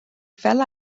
fel